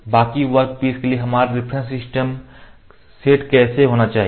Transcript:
बाकी वर्कपीस के लिए हमारा रेफरेंस सिस्टम सेट कैसा होना चाहिए